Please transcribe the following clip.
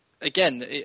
again